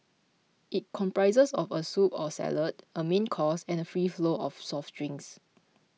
it comprises of a soup or salad a main course and free flow of soft drinks